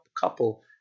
couple